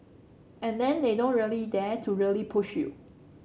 and then they don't really dare to really push you